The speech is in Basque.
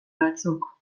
batzuk